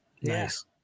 Yes